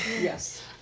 Yes